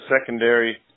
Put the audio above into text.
secondary